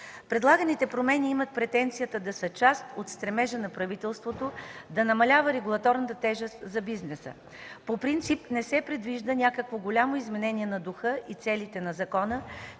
Предлаганите промени имат претенцията да са част от стремежа на правителството да намалява регулаторната тежест за бизнеса. По принцип не се предвижда някакво голямо изменение на духа и целите на закона,